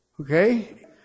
Okay